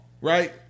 right